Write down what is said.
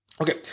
Okay